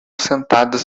sentadas